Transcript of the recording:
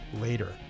later